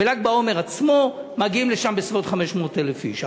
בל"ג בעומר עצמו מגיעים לשם בסביבות 500,000 איש.